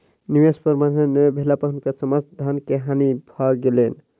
निवेश प्रबंधन नै भेला पर हुनकर समस्त धन के हानि भ गेलैन